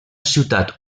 ciutat